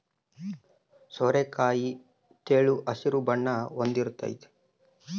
ಸೋರೆಕಾಯಿ ತೆಳು ಹಸಿರು ಬಣ್ಣ ಹೊಂದಿರ್ತತೆ